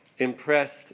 Impressed